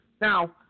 Now